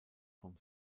vom